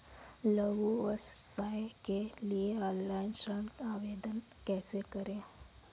लघु व्यवसाय के लिए ऑनलाइन ऋण आवेदन कैसे करें?